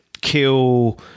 kill